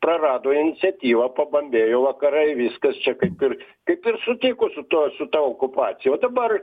prarado iniciatyvą pabambėjo vakarai viskas čia kaip ir kaip ir sutiko su tuo su ta okupacija o dabar